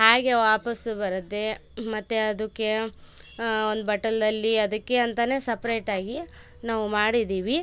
ಹಾಗೆ ವಾಪಸ್ಸು ಬರುತ್ತೆ ಮತ್ತೆ ಅದಕ್ಕೆ ಒಂದು ಬಟ್ಟಲ್ಲಲ್ಲಿ ಅದಕ್ಕೆ ಅಂತ ಸಪರೇಟ್ ಆಗಿ ನಾವು ಮಾಡಿದ್ದೀವಿ